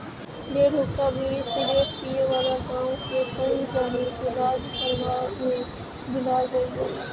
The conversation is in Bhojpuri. ढेर हुक्का, बीड़ी, सिगरेट पिए वाला गांव के कई जानी इलाज करवइला में बिला गईल लोग